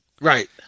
Right